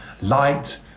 light